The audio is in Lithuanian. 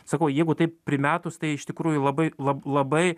sakau jeigu taip primetus tai iš tikrųjų labai lab labai